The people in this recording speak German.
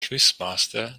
quizmaster